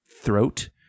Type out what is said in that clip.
throat